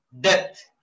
Death